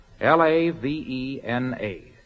L-A-V-E-N-A